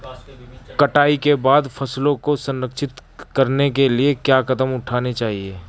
कटाई के बाद फसलों को संरक्षित करने के लिए क्या कदम उठाने चाहिए?